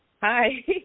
hi